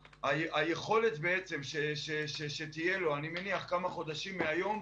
היכולת שתהיה לו, אני מניח כמה חודשים מהיום,